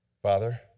Father